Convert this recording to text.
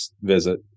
visit